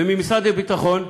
וממשרד הביטחון,